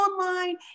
online